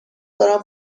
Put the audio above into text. دارم